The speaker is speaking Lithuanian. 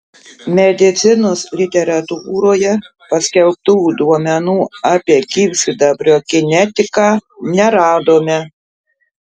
medicinos literatūroje paskelbtų duomenų apie gyvsidabrio kinetiką neradome